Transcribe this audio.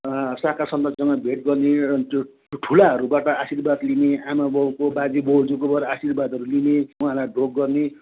शाखा सन्तानसँग भेट गर्ने र त्यो ठुलाहरूबाट आशिर्वाद लिने आमा बाउको बाजे बज्यूकोबाट आशीर्वादहरू लिने उहाँलाई ढोग गर्ने